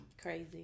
crazy